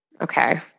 Okay